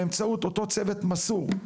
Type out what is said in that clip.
באמצעות אותו צוות מסור,